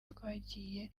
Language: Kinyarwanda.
twagiye